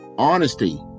honesty